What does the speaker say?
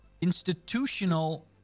institutional